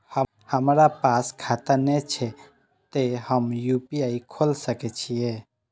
हमरा पास खाता ने छे ते हम यू.पी.आई खोल सके छिए?